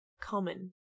common